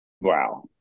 Wow